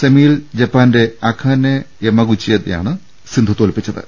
സെമിയിൽ ജപ്പാന്റെ അകാനെ യമഗുച്ചിയെയാണ് സിന്ധു തോൽപ്പിച്ചത്